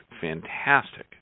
Fantastic